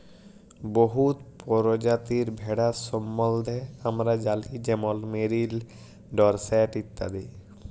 বহুত পরজাতির ভেড়ার সম্বল্ধে আমরা জালি যেমল মেরিল, ডরসেট ইত্যাদি